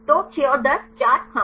तो 6 और 10 4 हाँ